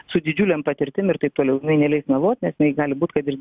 su didžiulėm patirtim ir taip toliau jinai neleis meluoti nes jinai gali būti kad ir